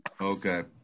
Okay